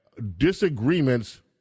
disagreements